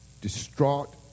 distraught